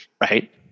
right